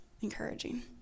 encouraging